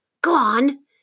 Gone